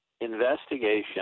investigation